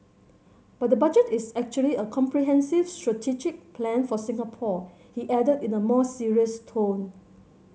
but the Budget is actually a comprehensive strategic plan for Singapore he added in a more serious tone